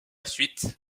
suite